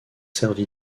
servi